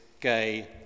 gay